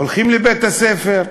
הולכים לבית-הספר,